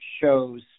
shows